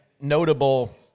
notable